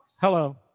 Hello